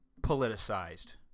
politicized